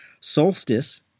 Solstice